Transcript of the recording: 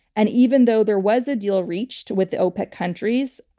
and even though there was a deal reached with the opec countries,